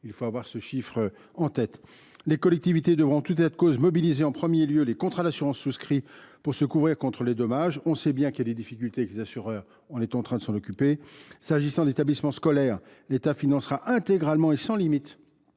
Il faut avoir ce chiffre en tête. Les collectivités devront en tout état de cause mobiliser en premier lieu les contrats d’assurance souscrits pour se couvrir contre les dommages. Nous savons bien qu’il y a des difficultés avec les assureurs : nous sommes en train de nous en occuper. Pour ce qui concerne les établissements scolaires, l’État financera intégralement et sans limite